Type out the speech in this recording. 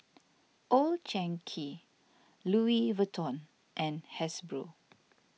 Old Chang Kee Louis Vuitton and Hasbro